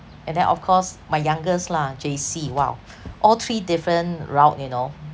and then of course my youngest lah J_C !wow! all three different route you know